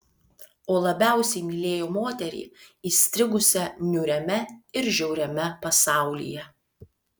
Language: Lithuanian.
o labiausiai mylėjo moterį įstrigusią niūriame ir žiauriame pasaulyje